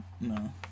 No